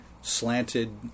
slanted